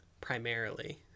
primarily